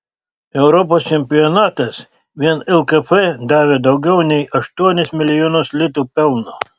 europos čempionatas vien lkf davė daugiau nei aštuonis milijonus litų pelno